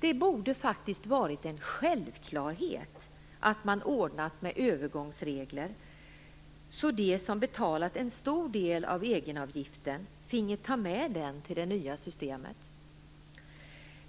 Det borde faktiskt ha varit en självklarhet att man hade ordnat med övergångsregler så att de som har betalat en stor del av egenavgiften finge ta med den till det nya systemet.